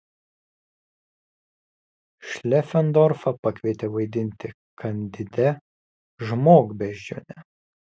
šlefendorfą pakvietė vaidinti kandide žmogbeždžionę